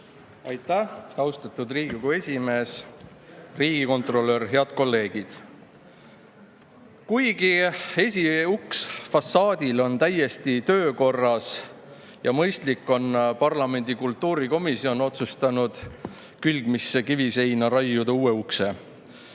Aitäh, austatud Riigikogu esimees! Riigikontrolör! Head kolleegid! Kuigi esiuks fassaadil on täiesti töökorras ja mõistlik, on parlamendi kultuurikomisjon otsustanud külgmisse kiviseina raiuda uue ukse.